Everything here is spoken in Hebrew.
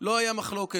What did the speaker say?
לא הייתה מחלוקת.